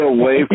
away